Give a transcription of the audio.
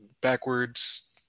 backwards